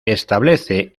establece